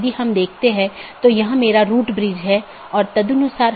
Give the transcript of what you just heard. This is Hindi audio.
इसपर हम फिर से चर्चा करेंगे